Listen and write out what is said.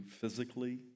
physically